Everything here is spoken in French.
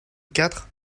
quatre